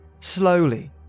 Slowly